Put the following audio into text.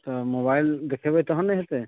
तऽ मोबाइल देखेबै तहन ने हेतै